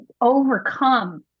overcome